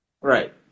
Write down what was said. right